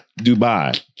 Dubai